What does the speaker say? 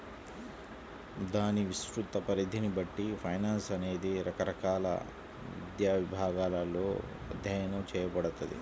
దాని విస్తృత పరిధిని బట్టి ఫైనాన్స్ అనేది రకరకాల విద్యా విభాగాలలో అధ్యయనం చేయబడతది